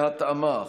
בהתאמה,